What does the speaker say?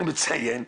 אני מציין,